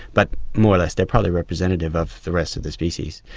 but more or less they are probably representative of the rest of the species.